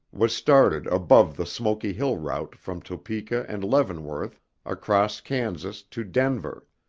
was started above the smoky hill route from topeka and leavenworth across kansas to denver.